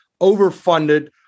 overfunded